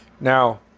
Now